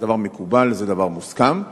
זה דבר מקובל, זה דבר מוסכם,